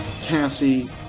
Cassie